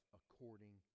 according